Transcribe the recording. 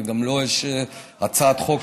וגם לו יש הצעת חוק,